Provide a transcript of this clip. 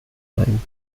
ein